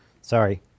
Sorry